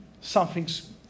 something's